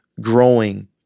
growing